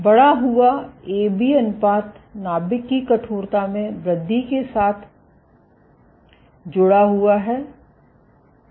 बढ़ा हुआ AB अनुपात नाभिक की कठोरता में वृद्धि के साथ जुड़ा हुआ है